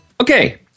Okay